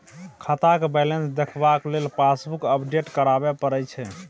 खाताक बैलेंस देखबाक लेल पासबुक अपडेट कराबे परय छै